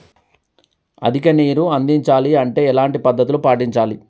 అధిక నీరు అందించాలి అంటే ఎలాంటి పద్ధతులు పాటించాలి?